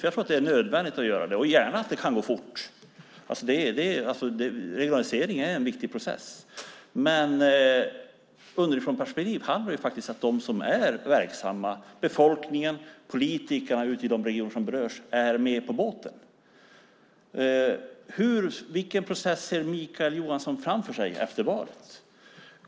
Jag tror att det är nödvändigt att göra det, och gärna ska det gå fort. Regionalisering är en viktig process. Men underifrånperspektiv handlar om att de som är verksamma, befolkningen och politikerna ute i de regioner som berörs är med på båten. Vilken process ser Mikael Johansson framför sig efter valet?